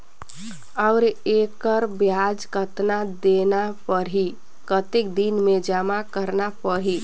और एकर ब्याज कतना देना परही कतेक दिन मे जमा करना परही??